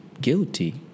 guilty